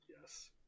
yes